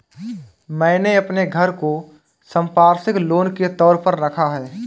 मैंने अपने घर को संपार्श्विक लोन के तौर पर रखा है